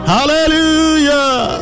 Hallelujah